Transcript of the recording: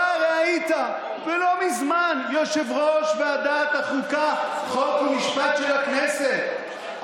אתה הרי היית לא מזמן יושב-ראש ועדת החוקה חוק ומשפט של הכנסת,